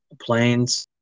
planes